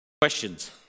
Questions